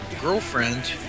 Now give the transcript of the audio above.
girlfriend